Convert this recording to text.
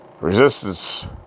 Resistance